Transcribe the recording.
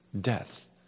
death